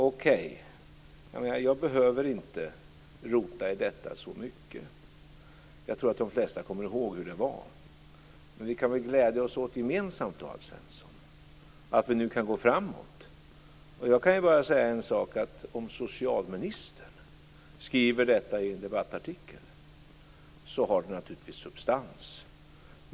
Okej, jag behöver inte rota i detta så mycket. Jag tror att de flesta kommer ihåg hur det var. Men vi kan väl gemensamt glädja oss åt, Alf Svensson, att vi nu kan gå framåt. Om socialministern skriver detta i en debattartikel har det naturligtvis substans.